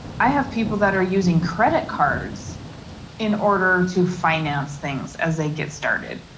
i have people that are using credit cards in order to finance things as they get started.